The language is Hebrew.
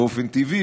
באופן טבעי,